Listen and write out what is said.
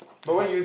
what